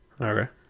Okay